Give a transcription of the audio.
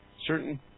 certain